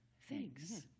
Thanks